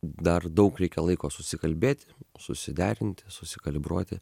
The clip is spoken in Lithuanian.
dar daug reikia laiko susikalbėti susiderinti susikalibruoti